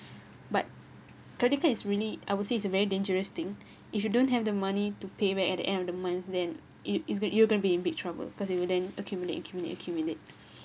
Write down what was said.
but credit card is really I would say is a very dangerous thing if you don't have the money to pay back at the end of the month then it is going you're going to be in big trouble cause you will then accumulate accumulate accumulate